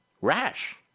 Rash